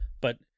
but-